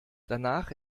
danach